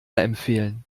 empfehlen